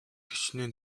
хэчнээн